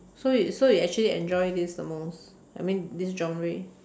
so you so you actually enjoy this the most I mean this genre